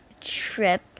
trip